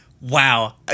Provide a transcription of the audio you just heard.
Wow